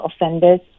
offenders